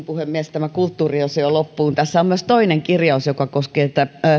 puhemies tämä kulttuuriosio loppuun tässä on myös toinen kirjaus mikä koskee